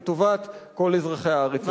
לטובת כל אזרחי הארץ הזאת.